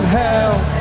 hell